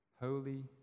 holy